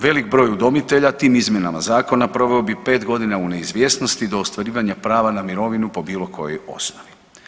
Velik broj udomitelja tim izmjenama zakona proveo bi pet godina u neizvjesnosti do ostvarivanja prava na mirovinu po bilo kojoj osnovi.